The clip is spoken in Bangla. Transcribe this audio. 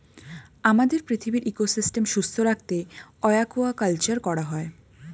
আমাদের পৃথিবীর ইকোসিস্টেম সুস্থ রাখতে অ্য়াকুয়াকালচার করা হয়